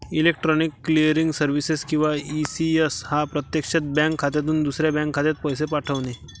electronic clearing services किंवा ECS हा प्रत्यक्षात बँक खात्यातून दुसऱ्या बँक खात्यात पैसे पाठवणे